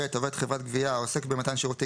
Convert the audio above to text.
(ב) "עובד חברת גבייה העוסק במתן שירותי